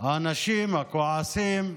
האנשים הכועסים,